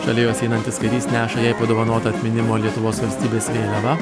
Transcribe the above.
šalia jos einantis karys neša jai padovanotą atminimo lietuvos valstybės vėliavą